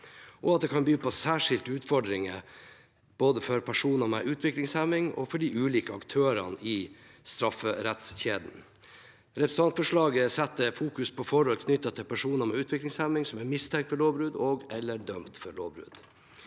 og at det kan by på særskilte utfordringer både for personer med utviklingshemming og for de ulike aktørene i strafferettskjeden. Representantforslaget fokuserer på forhold knyttet til personer med utviklingshemming som er mistenkt